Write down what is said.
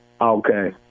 Okay